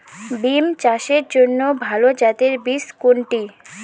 বিম চাষের জন্য ভালো জাতের বীজ কোনটি?